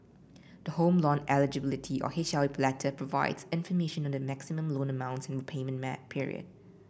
the Home Loan Eligibility or letter provides information on the maximum loan amount and repayment period